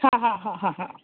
હા હા હા હા હા